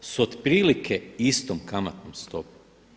S otprilike sitom kamatnom stopom.